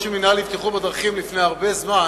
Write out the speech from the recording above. המינהל לבטיחות בדרכים לפני הרבה זמן